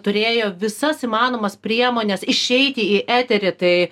turėjo visas įmanomas priemones išeiti į eterį tai